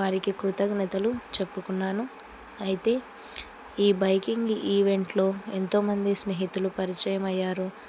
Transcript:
వారికి కృతజ్ఞతలు చెప్పుకున్నాను అయితే ఈ బైకింగ్ ఈవెంట్లో ఎంతోమంది స్నేహితులు పరిచయం అయ్యారు